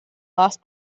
last